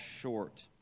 short